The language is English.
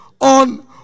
on